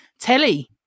telly